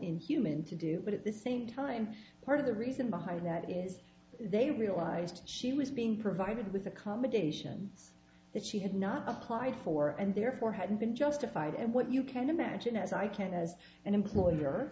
inhuman to do but at the same time part of the reason behind that is they realised she was being provided with accommodations that she had not applied for and therefore hadn't been justified and what you can imagine as i can as an employer